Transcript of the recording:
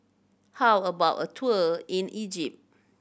how about a tour in Egypt